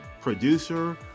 producer